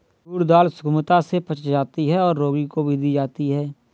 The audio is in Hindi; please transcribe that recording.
टूर दाल सुगमता से पच जाती है और रोगी को भी दी जाती है